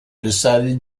decided